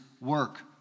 work